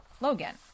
Logan